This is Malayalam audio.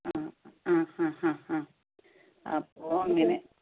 അ അ ആ അ അ ആ ആ അപ്പോൾ അങ്ങനെ